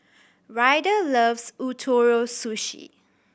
Ryder loves Ootoro Sushi